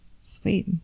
Sweet